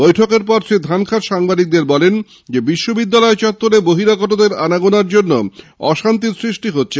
বৈঠকের পর শ্রী ধনখড় সাংবাদিকদের বলেন বিশ্ববিদ্যালয় চত্ত্বরে বহিরাগতদের আনাগোনার জন্য অশান্তি সৃষ্টি হচ্ছে